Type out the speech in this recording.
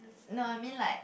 no I mean like